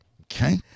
Okay